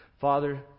Father